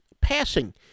passing